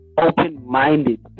open-minded